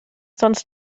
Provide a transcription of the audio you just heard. sonst